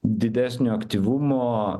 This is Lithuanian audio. didesnio aktyvumo